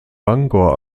bangor